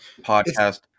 podcast